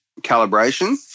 calibration